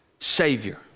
Savior